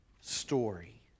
story